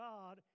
God